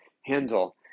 handle